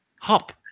Hop